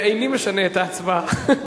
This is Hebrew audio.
ואיני משנה את ההצבעה.